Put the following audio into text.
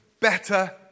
better